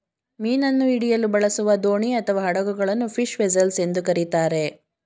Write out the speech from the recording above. ಮೀನನ್ನು ಹಿಡಿಯಲು ಬಳಸುವ ದೋಣಿ ಅಥವಾ ಹಡಗುಗಳನ್ನು ಫಿಶ್ ವೆಸೆಲ್ಸ್ ಎಂದು ಕರಿತಾರೆ